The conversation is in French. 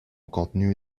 contenu